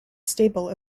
staple